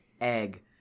egg